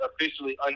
officially